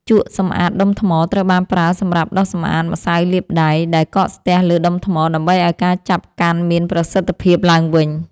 ជក់សម្អាតដុំថ្ម ត្រូវបានប្រើសម្រាប់ដុសសម្អាតម្សៅលាបដៃ ដែលកកស្ទះលើដុំថ្ម ដើម្បីឱ្យការចាប់កាន់មានប្រសិទ្ធភាពឡើងវិញ។